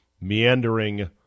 meandering